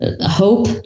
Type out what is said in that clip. hope